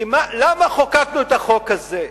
למה חוקקנו את החוק הזה?